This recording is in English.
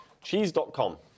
Cheese.com